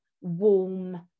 warm